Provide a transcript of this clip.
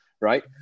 right